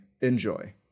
Enjoy